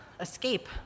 escape